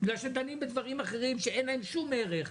דנים בדברים אחרים שאין להם שום ערך.